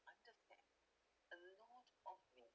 understand a lots of may